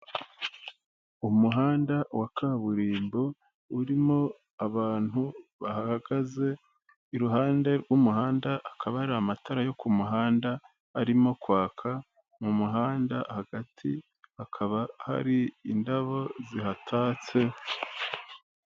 Umuhanda wa kaburimbo urimo abantu bahagaze, iruhande rw'umuhanda akaba hari amatara yo ku muhanda arimo kwaka, mu muhanda hagati hakaba hari indabo zihatatse.